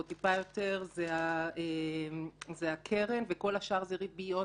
או טיפה יותר זה הקרן וכל השאר זה ריביות,